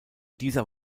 dieser